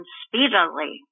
speedily